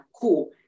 Cool